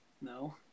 No